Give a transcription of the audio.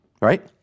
Right